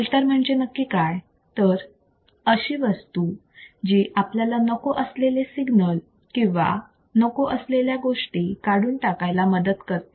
filter म्हणजे नक्की काय तर एक अशी वस्तू जी आपल्याला नको असलेले सिग्नल किंवा नको असलेल्या गोष्टी काढून टाकायला मदत करते